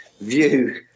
View